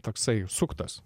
toksai suktas